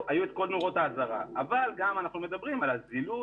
היו כל נורות האזהרה אבל אנחנו גם מדברים על הזילות,